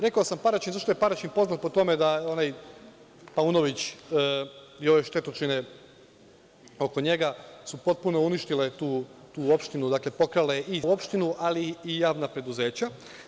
Rekao samo Paraćin zato što je Paraćin poznat po tome da onaj Paunović i ove štetočine oko njega, su potpuno uništile tu opštinu, pokrale i samu opštinu, ali i javna preduzeća.